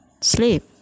sleep